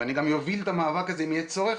ואני גם אוביל את המאבק הזה אם יהיה צורך,